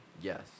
Yes